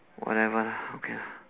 whatever lah okay lah